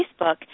Facebook